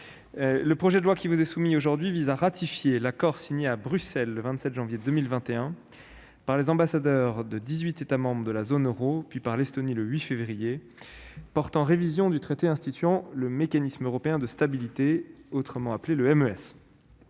le projet de loi qui vous est soumis aujourd'hui vise à ratifier l'accord signé à Bruxelles le 27 janvier 2021 par la France et dix-huit États membres de la zone euro, puis par l'Estonie le 8 février 2021, portant révision du traité instituant le Mécanisme européen de stabilité (MES).